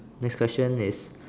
next question is